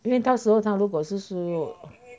因为到时候他如果是说